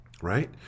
Right